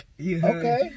Okay